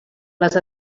les